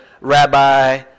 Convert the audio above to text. Rabbi